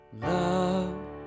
Love